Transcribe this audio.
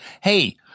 hey